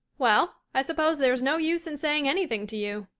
well, i suppose there is no use in saying anything to you.